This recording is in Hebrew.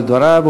על דבריו,